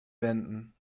wenden